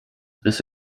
this